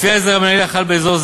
לפי ההסדר המינהלי החל באזור,